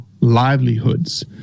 livelihoods